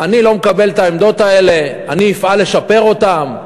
אני לא מקבל את העמדות האלה, אני אפעל לשפר אותן,